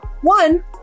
One